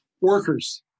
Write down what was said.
workers